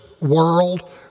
world